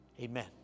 Amen